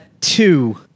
two